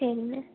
சரிங்க